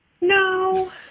no